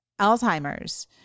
Alzheimer's